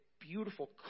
beautiful